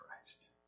Christ